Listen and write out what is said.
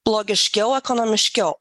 logiškiau ekonomiškiau